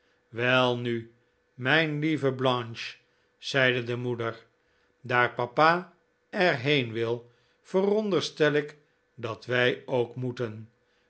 welnu mijn lieve blanche zeide de moeder daar papa er heen wil veronderstel ik dat wij ook moeten